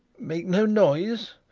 make no noise,